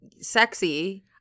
sexy